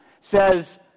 says